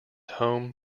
home